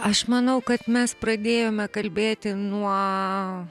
aš manau kad mes pradėjome kalbėti nuo